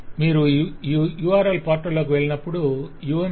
మీరు ఈ url portal లోకి వెళ్ళినప్పుడు UML 2